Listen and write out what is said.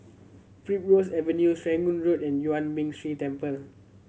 Primrose Avenue Serangoon Road and Yuan Ming Si Temple